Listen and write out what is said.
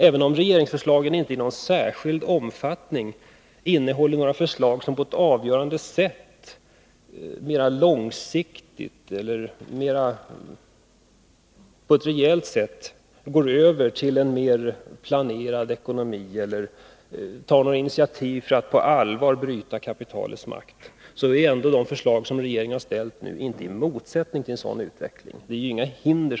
Även om regeringsförslagen inte i så särskilt stor utsträckning innehåller förslag som på ett avgörande sätt — mera långsiktigt och på ett rejält sätt — innebär en mer planerad ekonomi och försök att på allvar bryta kapitalets makt, står inte regeringens förslag i något motsatsförhållande till en sådan utveckling. Det läggs inte ut några hinder.